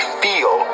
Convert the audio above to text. feel